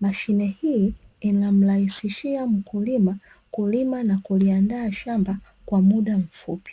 mashine hii inamrahisishia mkulima kulima na kuliandaa shamba kwa muda mfupi.